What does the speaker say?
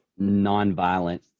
nonviolent